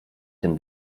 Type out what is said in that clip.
tym